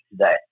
today